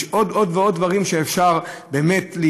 ויש עוד ועוד דברים שאפשר להתייעל,